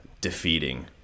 defeating